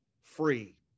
free